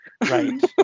Right